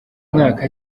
mwaka